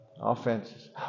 offenses